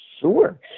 Sure